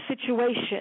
situation